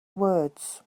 words